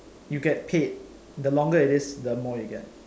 you get paid the longer it is the more you get